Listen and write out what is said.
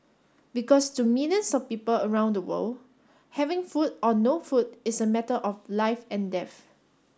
because to millions of people around the world having food or no food is a matter of life and death